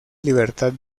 libertad